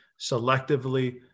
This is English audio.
selectively